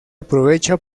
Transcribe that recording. aprovecha